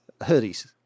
Hoodies